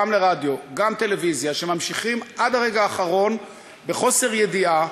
גם הרדיו וגם טלוויזיה שממשיכים עד הרגע האחרון בחוסר ידיעה,